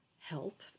help